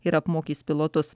ir apmokys pilotus